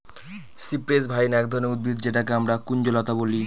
cypress vine এক ধরনের উদ্ভিদ যেটাকে আমরা কুঞ্জলতা বলি